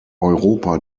europa